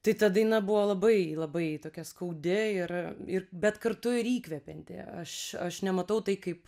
tai ta daina buvo labai labai tokia skaudi ir ir bet kartu ir įkvepianti aš aš nematau tai kaip